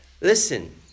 listen